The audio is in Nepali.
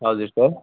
हजुर सर